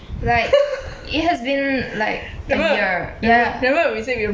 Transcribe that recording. like it has been like a year ya